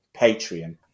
Patreon